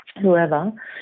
whoever